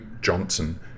Johnson